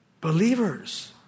Believers